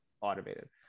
automated